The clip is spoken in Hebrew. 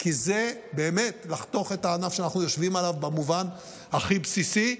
כי זה באמת לחתוך את הענף שאנחנו יושבים עליו במובן הכי בסיסי.